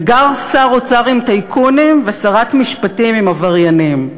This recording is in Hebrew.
וגר שר אוצר עם טייקונים ושרת משפטים עם עבריינים.